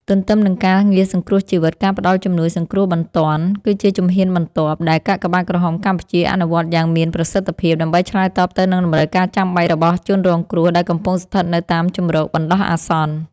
ទន្ទឹមនឹងការងារសង្គ្រោះជីវិត ការផ្ដល់ជំនួយសង្គ្រោះបន្ទាន់គឺជាជំហានបន្ទាប់ដែលកាកបាទក្រហមកម្ពុជាអនុវត្តយ៉ាងមានប្រសិទ្ធភាព ដើម្បីឆ្លើយតបទៅនឹងតម្រូវការចាំបាច់របស់ជនរងគ្រោះដែលកំពុងស្ថិតនៅតាមជម្រកបណ្ដោះអាសន្ន។